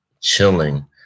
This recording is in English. chilling